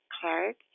Clark